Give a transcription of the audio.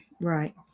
Right